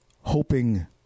hoping